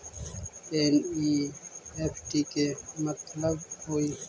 NEFT के कि मतलब होइ?